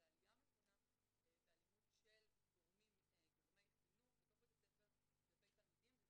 של עלייה מתונה באלימות של גורמי חינוך בתוך בית הספר כלפי תלמידים,